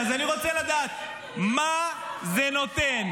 אז אני רוצה לדעת, מה זה נותן?